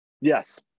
Yes